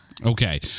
Okay